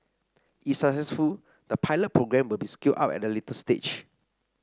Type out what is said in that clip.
if successful the pilot programme will be scaled up at a later stage